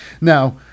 Now